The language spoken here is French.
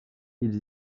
ils